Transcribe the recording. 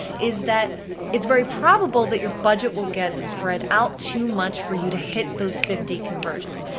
is that it's very probable that your budget will get spread out too much for you to hit those fifty conversions.